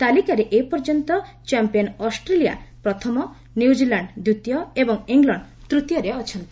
ତାଲିକାରେ ଏପର୍ଯ୍ୟନ୍ତ champion Australia ପ୍ରଥମ ନ୍ୟୁଜିଲ୍ୟାଣ୍ଡ ଦ୍ୱିତୀୟ ଏବଂ ଇଂଲଣ୍ଡ ତୃତୀୟରେ ଅଛନ୍ତି